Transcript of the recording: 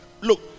Look